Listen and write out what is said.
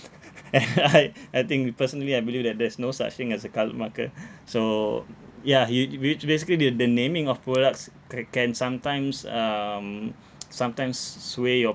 right I think we personally I believe that there's no such thing as a coloured marker so ya he it which basically the the naming of products ca~ can sometimes um sometimes s~ sway your